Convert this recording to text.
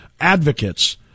advocates